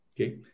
Okay